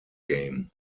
game